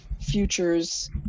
futures